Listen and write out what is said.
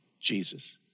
Jesus